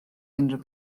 unrhyw